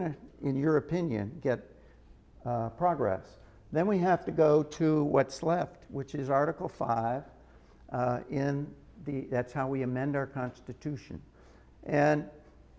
to in your opinion get progress then we have to go to what's left which is article five in the that's how we amend our constitution and